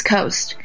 Coast